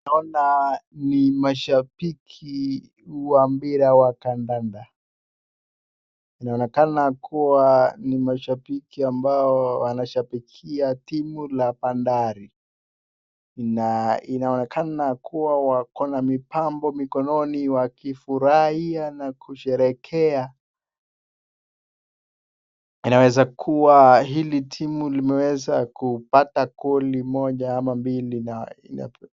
Naona ni mashabiki wa mbira wa kandanda. Inaonekana kuwa ni mashabiki ambao wanashabikia timu la Pandari. Ina inaonekana kuwa wako na mipambo mikononi wakifurahia na kusherehekea. Inaweza kuwa hili timu limeweza kupata koli moja ama mbili na inakuwa